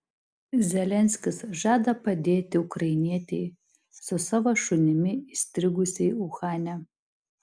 zelenskis žada padėti ukrainietei su savo šunimi įstrigusiai uhane